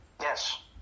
Yes